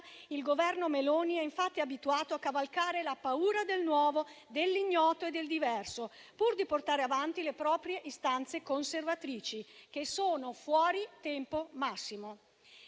il Governo Meloni è infatti abituato a cavalcare la paura del nuovo, dell'ignoto e del diverso, pur di portare avanti le proprie istanze conservatrici, che sono fuori tempo massimo.